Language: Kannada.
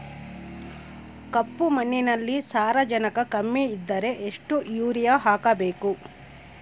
ಕಪ್ಪು ಮಣ್ಣಿನಲ್ಲಿ ಸಾರಜನಕ ಕಮ್ಮಿ ಇದ್ದರೆ ಎಷ್ಟು ಯೂರಿಯಾ ಹಾಕಬೇಕು?